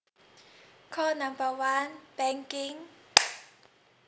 call number one banking